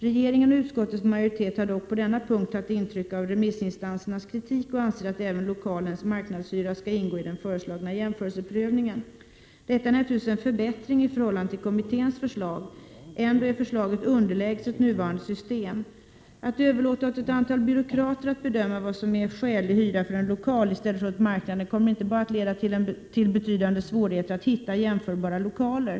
Regeringen och utskottets majoritet har dock på denna punkt tagit intryck av remissinstansernas kritik och anser att även lokalens marknadshyra skall ingå i den föreslagna jämförelseprövningen. Detta är naturligtvis en förbättring i förhållande till kommitténs förslag. Ändå är förslaget underlägset nuvarande system. Att överlåta åt ett antal byråkrater att bedöma vad som är skälig hyra för en lokal i stället för åt marknaden kommer inte bara att leda till betydande svårigheter när det gäller att hitta jämförbara lokaler.